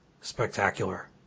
Spectacular